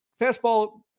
fastball